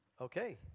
Okay